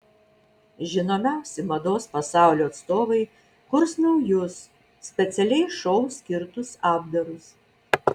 žinomiausi mados pasaulio atstovai kurs naujus specialiai šou skirtus apdarus